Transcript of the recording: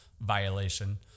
violation